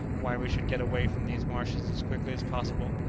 why we should get away from these marshes as quickly as possible.